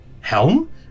Helm